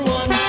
one